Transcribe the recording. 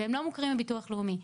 והם לא מוכרים בביטוח הלאומי.